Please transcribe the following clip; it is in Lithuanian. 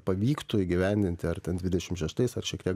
pavyktų įgyvendinti ar ten dvidešim šeštais ar šiek tiek